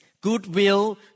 goodwill